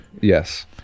yes